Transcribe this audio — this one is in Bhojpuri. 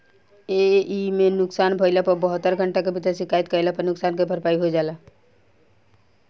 एइमे नुकसान भइला पर बहत्तर घंटा के भीतर शिकायत कईला पर नुकसान के भरपाई हो जाला